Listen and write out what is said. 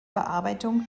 bearbeitung